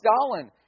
Stalin